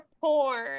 porn